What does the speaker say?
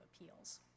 Appeals